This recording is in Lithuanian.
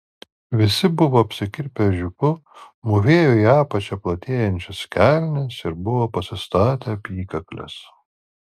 visi buvo apsikirpę ežiuku mūvėjo į apačią platėjančias kelnes ir buvo pasistatę apykakles